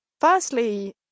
firstly